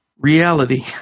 reality